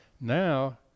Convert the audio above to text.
Now